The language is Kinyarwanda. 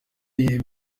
iba